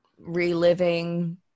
reliving